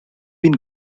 been